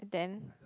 then